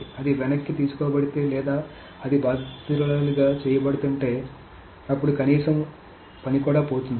అది వెనక్కి తీసుకోబడితే లేదా అది బాధితురాలిగా చేయబడుతుంటే అప్పుడు కనీసం పని కూడా పోతుంది